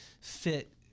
fit